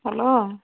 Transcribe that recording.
hello